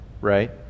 right